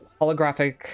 holographic